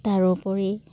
তাৰোপৰি